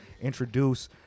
introduce